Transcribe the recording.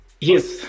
yes